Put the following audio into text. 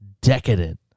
decadent